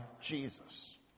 Jesus